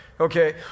okay